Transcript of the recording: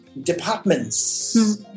departments